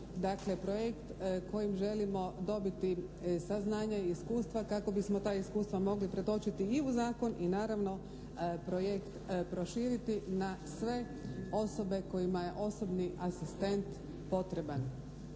Dakle, projekt kojim želimo dobiti saznanja i iskustva kako bismo ta iskustva mogli pretočiti i u zakon i naravno projekt proširiti na sve osobe kojima je osobni asistent potreban.